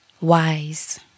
wise